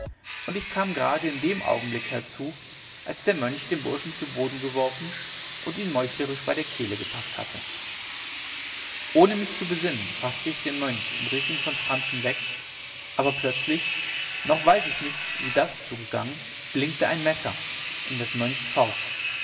und ich kam gerade in dem augenblick herzu als der mönch den burschen zu boden geworfen und ihn meuchlerisch bei der kehle gepackt hatte ohne mich zu besinnen faßte ich den mönch und riß ihn von franzen weg aber plötzlich noch weiß ich nicht wie das zugegangen blinkte ein messer in des mönchs faust